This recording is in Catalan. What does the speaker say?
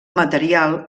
material